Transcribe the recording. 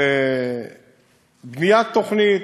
של בניית תוכנית,